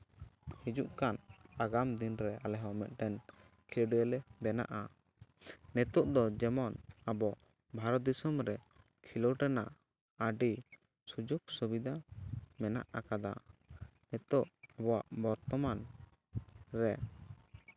ᱦᱤᱡᱩᱜ ᱠᱟᱱ ᱟᱜᱟᱢ ᱫᱤᱱᱨᱮ ᱟᱞᱮ ᱦᱚᱸ ᱢᱤᱫᱴᱮᱱ ᱠᱷᱮᱞᱳᱰᱤᱭᱟᱹᱞᱮ ᱵᱮᱱᱟᱜᱼᱟ ᱱᱤᱛᱚᱜ ᱫᱚ ᱡᱮᱢᱚᱱ ᱟᱵᱚ ᱵᱷᱟᱨᱚᱛ ᱫᱤᱥᱚᱢ ᱨᱮ ᱠᱷᱮᱞᱳᱰ ᱨᱮᱱᱟᱜ ᱟᱹᱰᱤ ᱥᱩᱡᱳᱜᱽ ᱥᱩᱵᱤᱫᱷᱟ ᱢᱮᱱᱟᱜ ᱠᱟᱫᱟ ᱱᱤᱛᱚᱜ ᱟᱵᱚᱣᱟᱜ ᱵᱚᱨᱛᱚᱢᱟᱱ ᱨᱮ